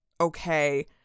okay